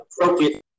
appropriate